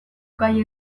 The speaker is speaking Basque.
gai